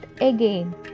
again